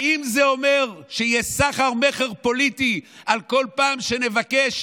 האם זה אומר שיהיה סחר-מכר פוליטי, ובכל פעם שנבקש